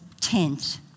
tent